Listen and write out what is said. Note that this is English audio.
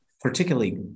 particularly